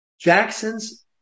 Jackson's